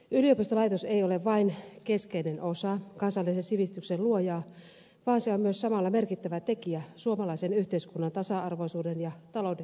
yliopistolaitos ei ole vain keskeinen osa kansallisen sivistyksen luojaa vaan se on myös samalla merkittävä tekijä suomalaisen yhteiskunnan tasa arvoisuuden ja talouden kehittäjänä